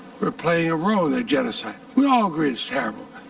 for playing a role in genocide. we all agree it is terrible.